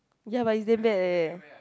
ya but it's damn bad eh